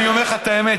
אני אומר לך את האמת,